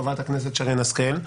חברת הכנסת שרן השכל,